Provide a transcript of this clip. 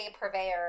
purveyor